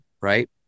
right